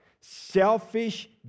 Selfish